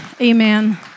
Amen